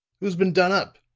who's been done up?